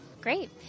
Great